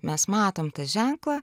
mes matom tą ženklą